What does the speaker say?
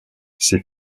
ses